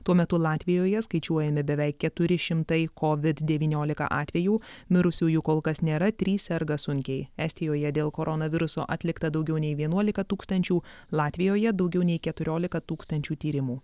tuo metu latvijoje skaičiuojami beveik keturi šimtai kovid devyniolika atvejų mirusiųjų kol kas nėra trys serga sunkiai estijoje dėl koronaviruso atlikta daugiau nei vienuolika tūkstančių latvijoje daugiau nei keturiolika tūkstančių tyrimų